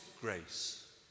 grace